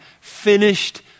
finished